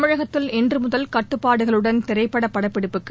தமிழகத்தில் இன்றுமுதல் கட்டுப்பாடுகளுடன் திரைப்பட படப்பிடிப்புக்கு